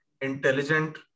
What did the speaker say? intelligent